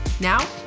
Now